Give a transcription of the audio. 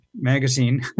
magazine